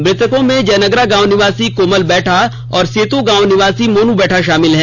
मृतकों में जयनगरा गांव निवासी कोमल बैठा और सेतो गांव निवासी मोनू बैठा शामिल है